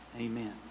Amen